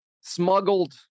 smuggled